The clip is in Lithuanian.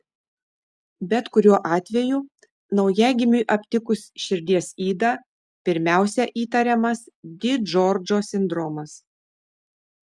bet kuriuo atveju naujagimiui aptikus širdies ydą pirmiausia įtariamas di džordžo sindromas